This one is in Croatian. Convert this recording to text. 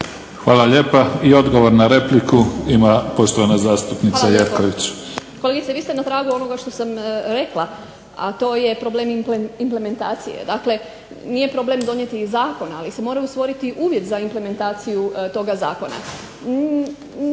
Hvala lijepa. I odgovor na repliku ima poštovana zastupnica Jerković. **Jerković, Romana (SDP)** Hvala lijepo. Kolegice vi ste na tragu onoga što sam rekla, a to je problem implementacije. Dakle, nije problem donijeti zakon, ali se mora stvoriti uvjet za implementaciju toga zakona.